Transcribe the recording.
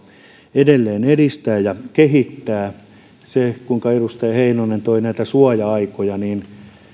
edelleen edistää ja kehittää siitä kuinka edustaja heinonen toi näitä suoja aikoja